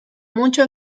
mucho